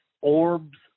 orbs